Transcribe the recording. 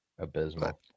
abysmal